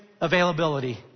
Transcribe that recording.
availability